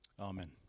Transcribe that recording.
Amen